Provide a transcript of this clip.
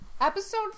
Episode